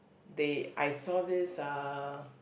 they I saw this uh